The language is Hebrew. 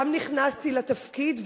אז נכנסתי לתפקיד,